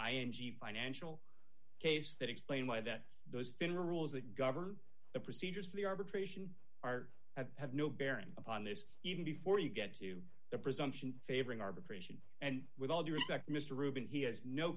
the financial case that explain why that those in rules that govern the procedures for the arbitration are that have no bearing upon this even before you get to the presumption favoring arbitration and with all due respect mr rubin he has no